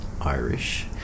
Irish